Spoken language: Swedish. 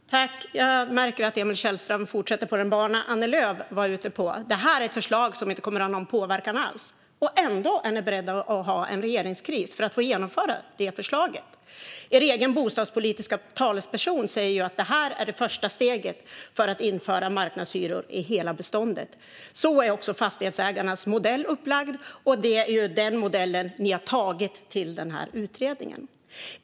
Fru talman! Jag märker att Emil Källström fortsätter på den bana Annie Lööf var inne på, nämligen att det här är ett förslag som inte kommer att ha någon påverkan alls. Ändå är ni beredda att orsaka en regeringskris för att få genomföra förslaget, Emil Källström. Er egen bostadspolitiska talesperson säger ju att detta är det första steget mot att införa marknadshyror i hela beståndet. Så är också Fastighetsägarnas modell upplagd, och det är den modellen ni har tagit till den här utredningen.